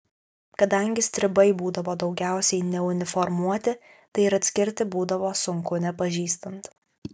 kadangi stribai būdavo daugiausiai neuniformuoti tai ir atskirti būdavo sunku nepažįstant